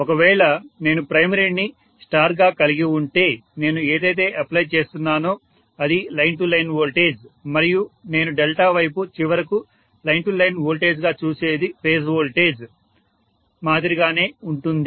ఒకవేళ నేను ప్రైమరీని స్టార్ గా కలిగి ఉంటే నేను ఏదైతే అప్లై చేస్తున్నానో అది లైన్ టు లైన్ వోల్టేజ్ మరియు నేను డెల్టా వైపు చివరకు లైన్ టు లైన్ వోల్టేజ్ గా చూసేది ఫేజ్ వోల్టేజ్ మాదిరిగానే ఉంటుంది